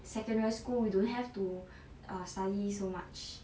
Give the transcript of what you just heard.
secondary school we don't have to err study so much